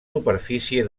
superfície